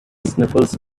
sniffles